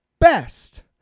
best